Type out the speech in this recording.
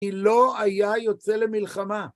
היא לא היה יוצא למלחמה.